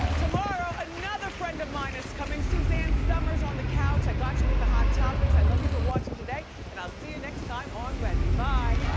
tomorrow, another friend of mine is coming. suzanne summers on the coach, i got you with the hot topics. i love you for watching today. and i'll see you next time on wendy, bye.